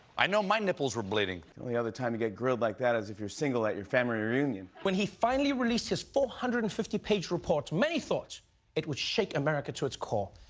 i know my nipples were bleeding. only other time you get grilled like that is if you're single at your family reunion. when he finally released his four hundred and fifty page report, many thought it would shake america to its core.